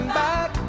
back